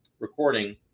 recording